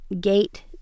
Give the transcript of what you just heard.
gate